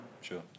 sure